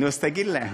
נו, אז תגיד להם.